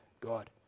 God